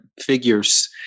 figures